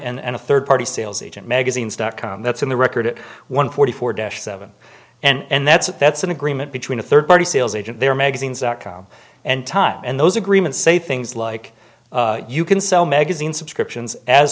time and a third party sales agent magazines dot com that's on the record at one forty four dash seven and that's it that's an agreement between a third party sales agent their magazines are com and time and those agreements say things like you can sell magazine subscriptions as